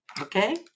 okay